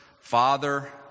Father